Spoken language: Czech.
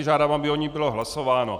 Žádám, aby o ní bylo hlasováno.